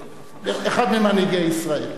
אחד ממנהיגי ישראל: